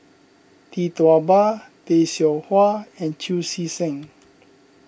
Tee Tua Ba Tay Seow Huah and Chu Chee Seng